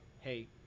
hey